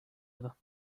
other